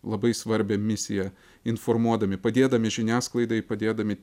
labai svarbią misiją informuodami padėdami žiniasklaidai padėdami